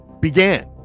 began